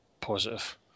positive